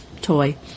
toy